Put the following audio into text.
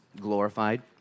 glorified